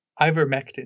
Ivermectin